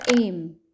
aim